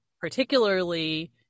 particularly